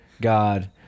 God